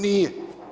Nije.